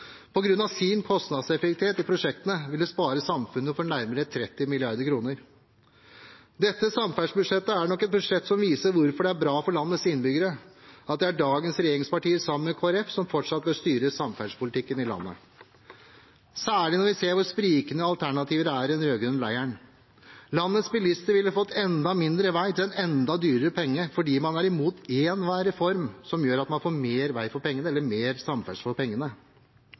av sin kostnadseffektivitet i prosjektene vil det spare samfunnet for nærmere 30 mrd. kr. Dette samferdselsbudsjettet er nok et budsjett som viser hvorfor det er bra for landets innbyggere at det er dagens regjeringspartier, sammen med Kristelig Folkeparti, som fortsatt skal styre samferdselspolitikken i landet, særlig når vi ser hvor sprikende alternativene er i den rød-grønne leiren. Landets bilister ville fått enda mindre vei for en enda dyrere penge fordi man er imot enhver reform som gjør at man får mer samferdsel for pengene,